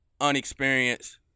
unexperienced